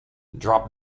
drop